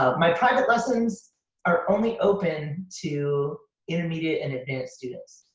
ah my private lessons are only open to intermediate and advanced students.